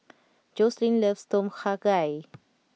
Joslyn loves Tom Kha Gai